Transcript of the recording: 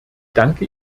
danke